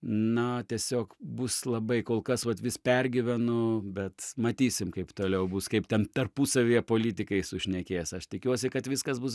na tiesiog bus labai kol kas vat vis pergyvenu bet matysim kaip toliau bus kaip ten tarpusavyje politikai sušnekės aš tikiuosi kad viskas bus